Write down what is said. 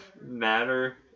matter